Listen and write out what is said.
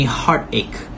heartache